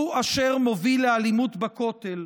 הוא אשר מוביל לאלימות בכותל,